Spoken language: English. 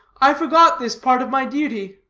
i forgot this part of my duty.